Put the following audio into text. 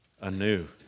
anew